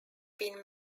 been